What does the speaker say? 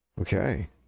Okay